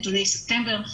נתוני ספטמבר,